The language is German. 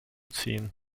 ziehen